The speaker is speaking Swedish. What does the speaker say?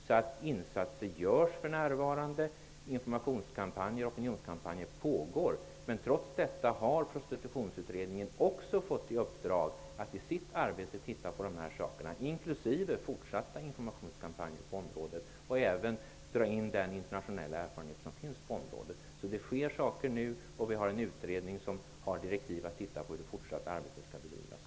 Insatser görs för närvarande och informations och opinionskampanjer pågår. Men trots detta har Prostitutionsutredningen också fått i uppdrag att titta på dessa saker, inklusive fortsätta med informationskampanjer på området. Även den internationella erfarenheten som finns på området skall användas. Det finns en utredning som i sina direktiv har att titta på hur det fortsatta arbetet skall bedrivas.